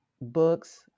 Books